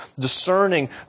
discerning